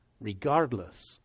regardless